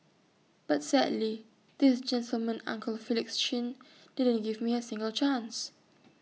but sadly this gentleman uncle Felix chin didn't give me A single chance